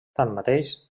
tanmateix